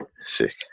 Sick